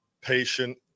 patient